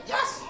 Yes